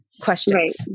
questions